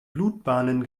blutbahnen